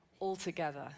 altogether